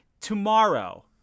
tomorrow